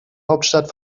hauptstadt